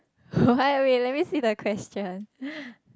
what wait let me see the question